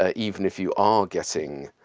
ah even if you are getting